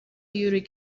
یوری